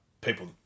people